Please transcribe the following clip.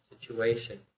situation